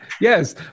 Yes